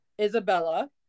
Isabella